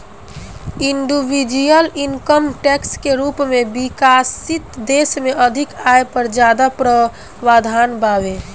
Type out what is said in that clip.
individual income tax के रूप में विकसित देश में अधिक आय पर ज्यादा प्रावधान बावे